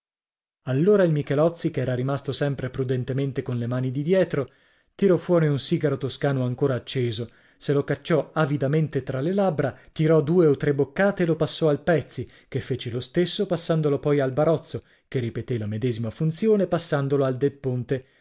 allora il michelozzi che era rimasto sempre prudentemente con le mani didietro tirò fuori un sigaro toscano ancora acceso se lo cacciò avidamente tra le labbra tirò due o tre boccate e lo passò al pezzi che fece lo stesso passandolo poi al barozzo che ripeté la medesima funzione passandolo al del ponte